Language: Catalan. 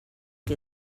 que